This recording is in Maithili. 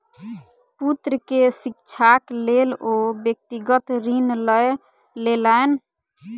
पुत्र के शिक्षाक लेल ओ व्यक्तिगत ऋण लय लेलैन